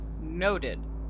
Noted